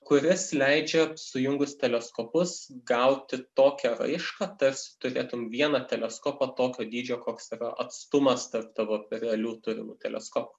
kuris leidžia sujungus teleskopus gauti tokią raišką tarsi turėtum vieną teleskopą tokio dydžio koks yra atstumas tarp tavo realių turimų teleskopų